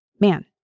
Man